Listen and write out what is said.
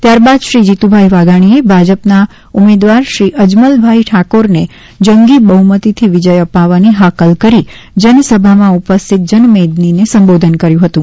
ત્યારબાદ શ્રી જીતુભાઈ વાઘાણીએ ભાજપના ઉમેદવાર શ્રી અજમલભાઈ ઠાકોરને જંગી બહ્મતીથી વિજય અપાવવાની હાકલ કરી જનસભામાં ઉપસ્થિત જનમેદનીને સંબોધન કર્યું હતું